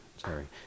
sorry